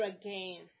again